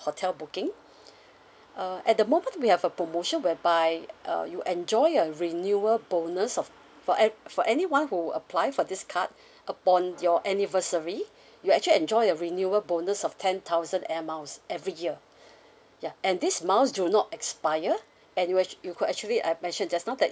hotel booking uh at the moment we have a promotion whereby uh you enjoy a renewal bonus of for eve~ for anyone who apply for this card upon your anniversary you actually enjoy a renewal bonus of ten thousand air miles every year ya and this miles do not expire and you actu~ you could actually I've mentioned just now that